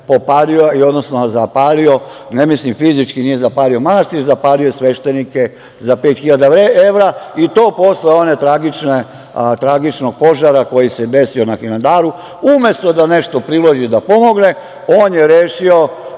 popalio, odnosno zapalio, ne mislim fizički, nije zapalio manastir, zapalio je sveštenike za 5.000 evra i to posle onog tragičnog požara koji se desio na Hilandaru. Umesto da nešto priloži da pomogne, on je rešio